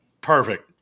Perfect